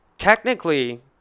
technically